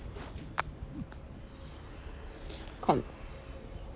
con~